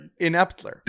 ineptler